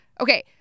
Okay